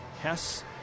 Hess